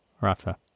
Rafa